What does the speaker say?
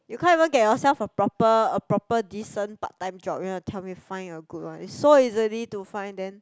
you can't even get yourself a proper a proper decent part time job you want to tell find a good one so easily to find then